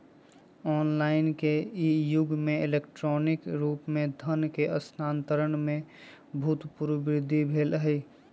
online के इ जुग में इलेक्ट्रॉनिक रूप से धन के स्थानान्तरण में अभूतपूर्व वृद्धि भेल हइ